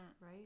right